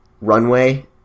runway